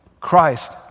Christ